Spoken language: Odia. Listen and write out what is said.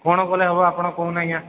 କ'ଣ କଲେ ହବ ଆପଣ କହୁନ ଆଜ୍ଞା